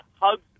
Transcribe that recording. hugs